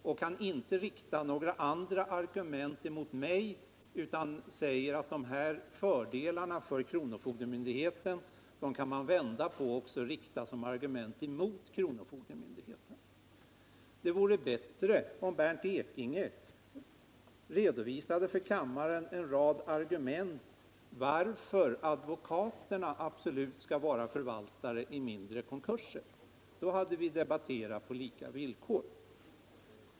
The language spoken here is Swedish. Han kan inte rikta några andra argument mot mig utan 75 säger bara att argumenten för kronofogdemyndigheten också kan användas som argument mot kronofogdemyndigheten. Det vore bättre om Bernt Ekinge för kammarens ledamöter redovisade en rad argument som belyser varför advokaterna absolut skall vara förvaltare i mindre konkurser. Då hade vi debatterat på lika villkor.